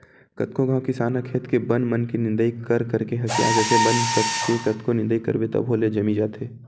कतको घांव किसान ह खेत के बन मन के निंदई कर करके हकिया जाथे, बन के कतको निंदई करबे तभो ले जामी जाथे